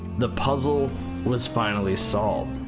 the puzzle was finally solved!